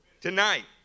tonight